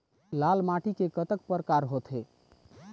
लाल माटी के कतक परकार होथे?